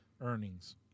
earnings